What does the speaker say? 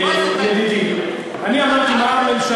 מה זה "תג מחיר"?